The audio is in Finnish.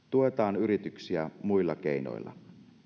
tuetaan yrityksiä muilla keinoilla